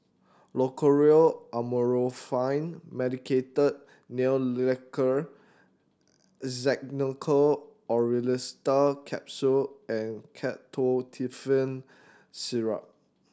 Loceryl Amorolfine Medicated Nail Lacquer Xenical Orlistat Capsule and Ketotifen Syrup